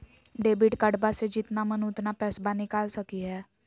Debit कार्डबा से जितना मन उतना पेसबा निकाल सकी हय?